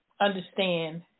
understand